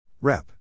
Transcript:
REP